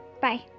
Bye